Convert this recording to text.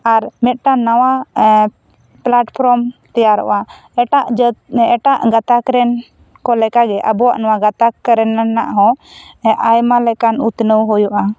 ᱟᱨ ᱢᱤᱫᱴᱟᱝ ᱱᱟᱣᱟ platform ᱛᱮᱭᱟᱨᱚᱜᱼᱟ ᱮᱴᱟᱜ ᱡᱟᱹᱛ ᱮᱴᱟᱜ ᱜᱟᱛᱟᱠ ᱨᱮᱱ ᱠᱚ ᱞᱮᱠᱟᱜᱮ ᱟᱵᱚᱭᱟᱜ ᱱᱚᱣᱟ ᱜᱟᱛᱟᱠ ᱨᱮᱱᱟᱜ ᱦᱚᱸ ᱟᱭᱢᱟ ᱞᱮᱠᱟᱱ ᱩᱛᱱᱟᱹᱣ ᱦᱩᱭᱩᱜᱼᱟ